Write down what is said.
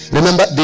Remember